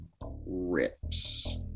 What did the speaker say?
rips